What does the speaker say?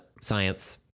Science